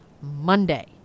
Monday